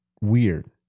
weird